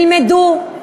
ילמדו,